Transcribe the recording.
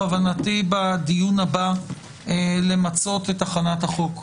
בכוונתי בדיון הבא למצות את הכנת החוק.